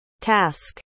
task